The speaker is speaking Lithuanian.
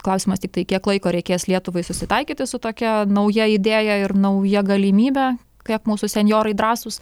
klausimas tiktai kiek laiko reikės lietuvai susitaikyti su tokia nauja idėja ir nauja galimybe kiek mūsų senjorai drąsūs